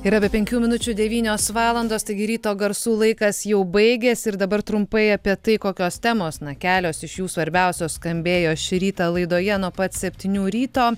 yra be penkių minučių devynios valandos taigi ryto garsų laikas jau baigėsi ir dabar trumpai apie tai kokios temos na kelios iš jų svarbiausios skambėjo šį rytą laidoje nuo pat septynių ryto